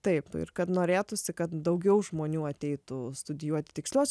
taip ir kad norėtūsi kad daugiau žmonių ateitų studijuoti tiksliuosius